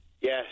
Yes